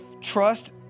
Trust